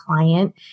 client